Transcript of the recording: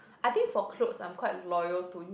I think for clothes I'm quite loyal too